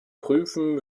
prüfen